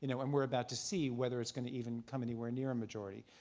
you know and we're about to see whether it's going to even come anywhere near a majority.